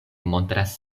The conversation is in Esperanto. montras